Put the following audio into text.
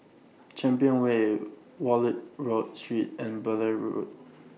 Champion Way Wallich Road Street and Blair Road